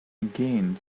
again